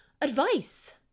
advice